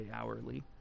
hourly